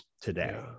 today